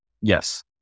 Yes